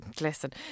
listen